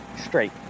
Straight